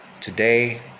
today